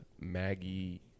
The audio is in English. Maggie